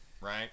right